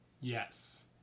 Yes